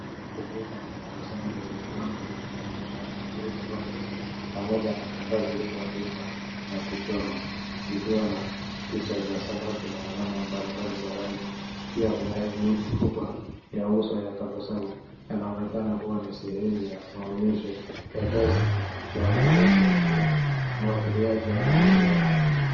Ukuta wa darasani wenye bango lenye mandishi Great Progress pamoja na karatasi zilizoandikwa na kuchorwa, zikiwa na picha za samaki na alama mbalimbali za rangi. Pia kuna emoji kubwa ya uso ya tabasamu. Inaonekana kuwa ni sehemu ya maonyesho ya kazi za wanafunzi wa ufuatiliaji wa maendeleo yao.